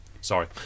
Sorry